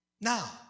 Now